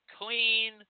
clean –